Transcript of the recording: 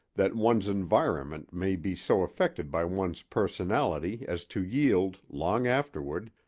that one's environment may be so affected by one's personality as to yield, long afterward,